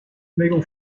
legal